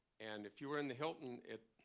and if you were in the hilton at